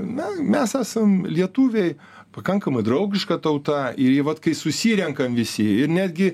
na mes esam lietuviai pakankamai draugiška tauta ir į vat kai susirenkam visi ir netgi